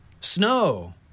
Snow